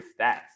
stats